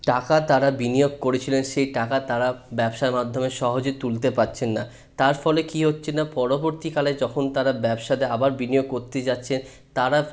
টাকা তারা বিনিয়গ করেছিলেন সেই টাকা তারা ব্যবসার মাধ্যমে সহজে তুলতে পারছেন না তার ফলে কি হচ্ছে না পরবর্তী কালে যখন তারা ব্যবসাতে আবার বিনিয়োগ করতে যাচ্ছে তারা